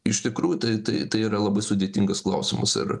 iš tikrųjų tai tai tai yra labai sudėtingas klausimas ir